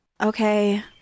Okay